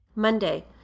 Monday